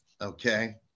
Okay